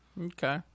Okay